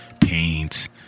paint